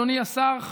אדוני השר,